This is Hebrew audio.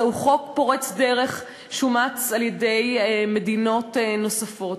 זהו חוק פורץ דרך, שאומץ על-ידי מדינות נוספות.